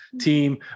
team